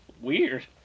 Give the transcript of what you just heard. Weird